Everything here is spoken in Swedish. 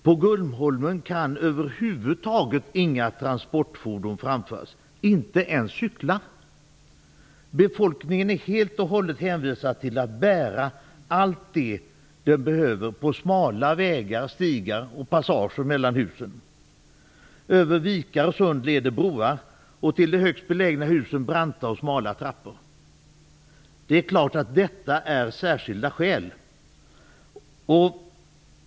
På Gullholmen kan över huvud taget inga transportfordon framföras, inte ens cyklar. Befolkningen är helt och hållet hänvisad till att bära allt det som de behöver på smala vägar, stigar och passager mellan husen. Över vikar och sund leder broar, och till de högst belägna husen branta och smala trappor. Det är klart att detta är särskilda skäl.